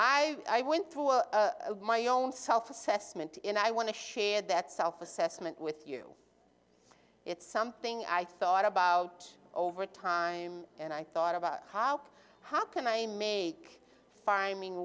i went through a my own self assessment and i want to share that self assessment with you it's something i thought about over time and i thought about how how can i mean me finding